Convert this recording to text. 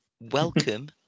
welcome